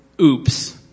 oops